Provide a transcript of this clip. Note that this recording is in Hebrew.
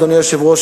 אדוני היושב-ראש,